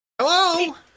hello